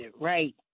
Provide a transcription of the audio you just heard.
right